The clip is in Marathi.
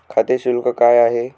खाते शुल्क काय आहे?